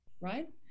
right